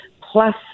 plus